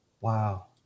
wow